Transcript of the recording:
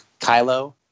Kylo